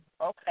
Okay